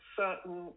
certain